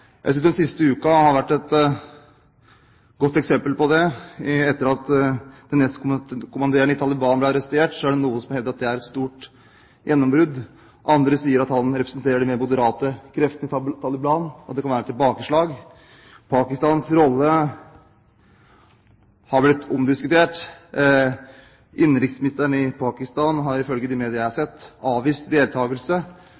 Jeg synes den siste uken har vært et godt eksempel på det. Etter at nestkommanderende i Taliban ble arrestert, er det noen som har hevdet at det er et stort gjennombrudd. Andre sier at han representerer de mer moderate kreftene i Taliban, og at det kan være et tilbakeslag. Pakistans rolle er omdiskutert. Innenriksministeren i Pakistan har ifølge de mediene jeg